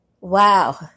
wow